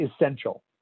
essential